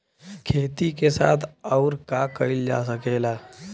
खेती के साथ अउर का कइल जा सकेला?